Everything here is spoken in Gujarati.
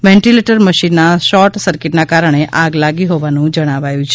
વેન્ટીલેટર મશીનમાં શોર્ટ સક્રીટના કારણે આગ લાગી હોવાનું જણાયું છે